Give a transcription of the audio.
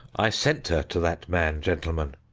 i sent her to that man, gentlemen.